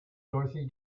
dorothy